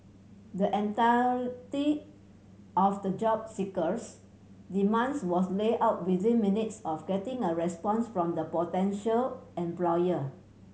the entirety of the job seeker's demands was laid out within minutes of getting a response from the potential employer